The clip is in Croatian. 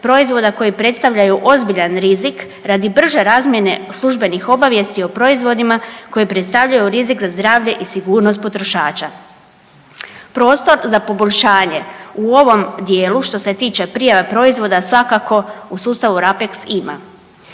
proizvoda koji predstavljaju ozbiljan rizik radi brže razmjene službenih obavijesti o proizvodima koji predstavljaju rizik za zdravlje i sigurnost potrošača. Prostor za poboljšanje u ovom dijelu, što se tiče prijave proizvoda, svakako, u sustavu RAPEX, ima.